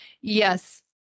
Yes